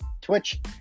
Twitch